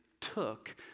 took